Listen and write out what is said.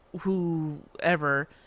whoever